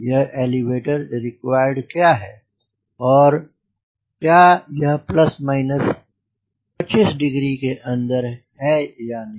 यह elevator required क्या है और क्या यह 25 डिग्री के अंदर है या नहीं